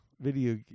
video